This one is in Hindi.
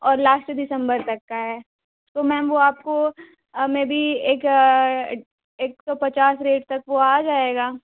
और लास्ट दिसंबर तक का है तो मैम वो आपको मेबी एक एक सो पचास रेट तक वो आ जाएगा